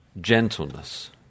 gentleness